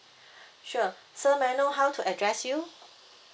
sure so may I know how to address you